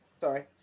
sorry